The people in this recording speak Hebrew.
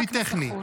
כלי טכני.